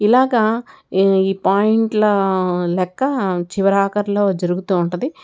ఇలాగా ఈ పాయింట్ల లెక్క చివరి ఆఖరిలో జరుగుతూ ఉంటుంది